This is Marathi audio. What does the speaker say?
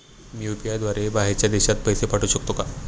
मी यु.पी.आय द्वारे बाहेरच्या देशात पैसे पाठवू शकतो का?